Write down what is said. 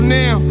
now